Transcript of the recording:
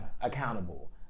accountable